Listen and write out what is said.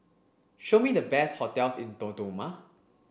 show me the best hotels in Dodoma